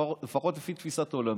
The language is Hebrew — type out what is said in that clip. לפחות לפי תפיסת עולמי.